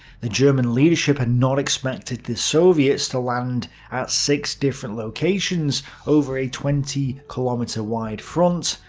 the german leadership had not expected the soviets to land at six different locations over a twenty kilometer wide front,